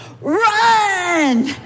run